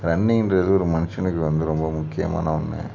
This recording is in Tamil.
ரன்னிங்ன்றது ஒரு மனுஷனுக்கு வந்து ரொம்ப முக்கியமான ஒன்று